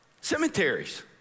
Cemeteries